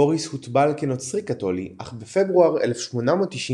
בוריס הוטבל כנוצרי-קתולי, אך בפברואר 1896,